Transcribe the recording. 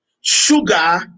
sugar